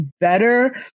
better